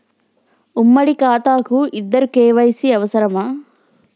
ఉమ్మడి ఖాతా కు ఇద్దరు కే.వై.సీ అవసరమా?